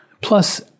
plus